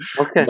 okay